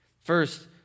First